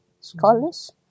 scholars